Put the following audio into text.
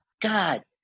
God